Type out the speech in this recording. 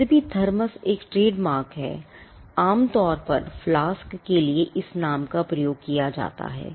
यद्यपि थर्मस के लिए इस नाम का प्रयोग किया जाता है